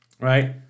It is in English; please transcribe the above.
right